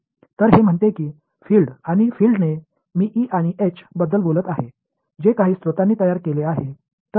तर हे म्हणते की फील्ड आणि फील्डने मी ई आणि एच बद्दल बोलत आहे जे काही स्रोतांनी तयार केले आहे